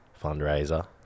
fundraiser